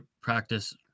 practice